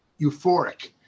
euphoric